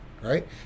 right